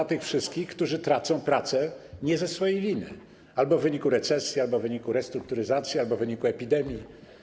dla tych wszystkich, którzy tracą pracę nie ze swojej winy: albo w wyniku recesji, albo w wyniku restrukturyzacji, albo w wyniku epidemii.